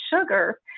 sugar